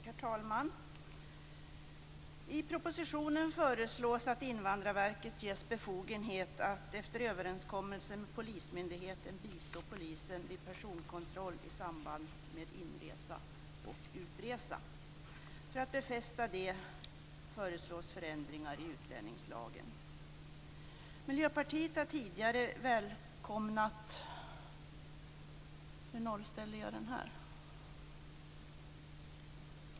Herr talman! I propositionen föreslås att Invandrarverket ges befogenhet att efter överenskommelse med polismyndigheten bistå polisen vid personkontroll i samband med inresa och utresa. För att befästa det föreslås förändringar i utlänningslagen.